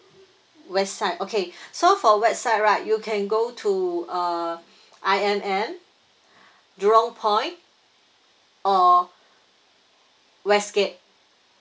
west side okay so for west side right you can go to uh I_M_M jurong point or west gate